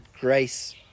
grace